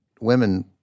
women